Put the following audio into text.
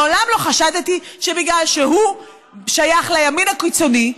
מעולם לא חשדתי שבגלל שהוא שייך לימין הקיצוני,